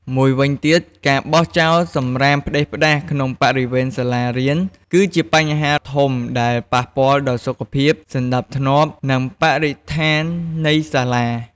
មួយវិញទៀតការបោះចោលសំរាមផ្តេសផ្តាសក្នុងបរិវេណសាលារៀន គឺជាបញ្ហាធំមួយដែលប៉ះពាល់ដល់សុខភាព សណ្តាប់ធ្នាប់ និងបរិស្ថាននៃសាលា។